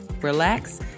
relax